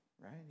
right